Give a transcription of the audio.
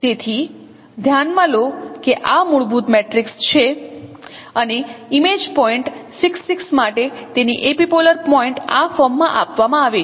તેથી ધ્યાનમાં લો કે આ મૂળભૂત મેટ્રિક્સ છે અને ઇમેજ પોઇન્ટ 6 6 માટે તેની એપિપોલર પોઇન્ટ આ ફોર્મમાં આપવામાં આવી છે